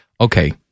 Okay